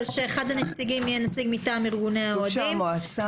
אבל שאחד הנציגים יהיה נציג מטעם ארגוני האוהדים,